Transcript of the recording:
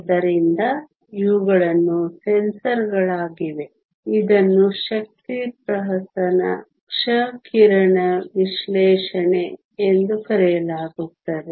ಆದ್ದರಿಂದ ಇವುಗಳನ್ನು ಸೆನ್ಸರ್ಗಳಾಗಿವೆ ಇದನ್ನು ಶಕ್ತಿ ಪ್ರಸರಣ ಕ್ಷ ಕಿರಣ ವಿಶ್ಲೇಷಣೆ ಎಂದು ಕರೆಯಲಾಗುತ್ತದೆ